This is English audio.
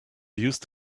used